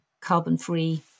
carbon-free